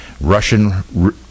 Russian